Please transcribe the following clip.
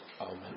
Amen